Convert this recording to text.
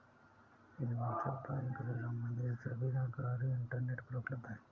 universal bank से सम्बंधित सभी जानकारी इंटरनेट पर उपलब्ध है